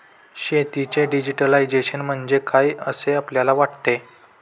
शेतीचे डिजिटायझेशन म्हणजे काय असे आपल्याला वाटते?